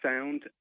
sound